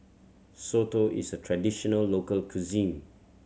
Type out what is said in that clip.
soto is a traditional local cuisine